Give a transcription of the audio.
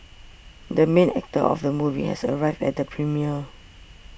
the main actor of the movie has arrived at the premiere